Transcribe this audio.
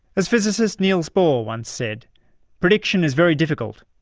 as physicist nils bohr once said prediction is very difficult,